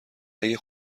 اگه